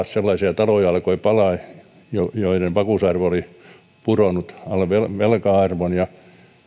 sellaisia taloja alkoi palaa joiden vakuusarvo oli pudonnut alle velka arvon ja